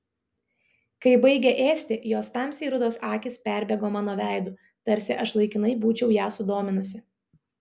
kai baigė ėsti jos tamsiai rudos akys perbėgo mano veidu tarsi aš laikinai būčiau ją sudominusi